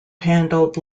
handled